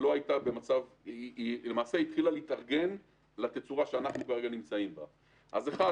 היא התחילה להתארגן לתצורה שאנחנו נמצאים בה עכשיו.